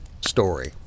story